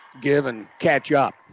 give-and-catch-up